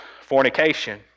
Fornication